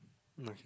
okay